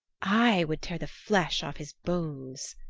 i would tear the flesh off his bones,